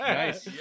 nice